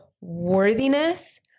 worthiness